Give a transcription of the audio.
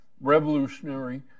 revolutionary